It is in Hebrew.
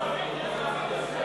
ובעלי תפקיד